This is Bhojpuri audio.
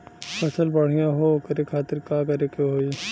फसल बढ़ियां हो ओकरे खातिर का करे के होई?